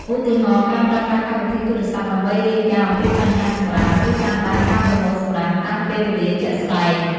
ឧទាហរណ៍ ការប្រើប្រាស់កម្មវិធីទូរស័ព្ទដើម្បីរាយការណ៍អំពីបញ្ហាសំរាម ឬតាមដានការប្រមូលសំរាមតាមពេលវេលាជាក់ស្តែង។